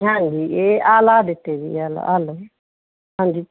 ਹਾਂਜੀ ਇਹ ਆ ਲਾਹ ਦਿੱਤੀ ਜੀ ਆ ਆਹ ਲਓ ਜੀ ਹਾਂਜੀ